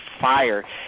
fire